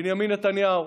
בנימין נתניהו,